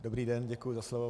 Dobrý den, děkuji za slovo.